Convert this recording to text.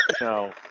No